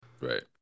Right